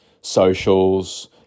socials